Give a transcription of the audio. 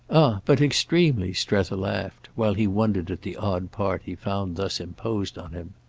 ah but extremely! strether laughed while he wondered at the odd part he found thus imposed on him.